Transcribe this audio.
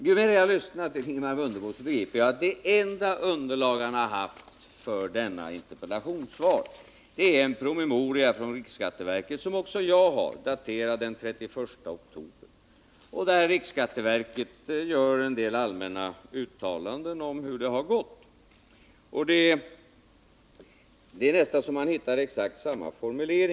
Ju mer jag lyssnar till Ingemar Mundebo, desto bättre begriper jag att det enda underlag han har haft för detta interpellationssvar är en promemoria från riksskatteverket, som också jag har, daterad den 31 oktober, och där riksskatteverket gör en del allmänna uttalanden om hur det har gått. Det är nästan så att man hittar exakt samma formuleringar.